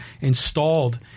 installed